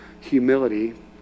humility